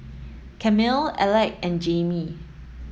Camille Alec and Jaimie